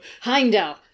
Heimdall